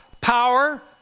Power